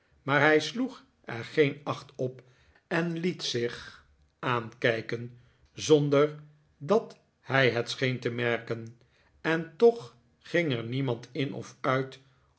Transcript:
maar hij sloeg er geen acht op en liet zich aankijken zonder dat hij het scheen te merken en toch ging er niemand in of uit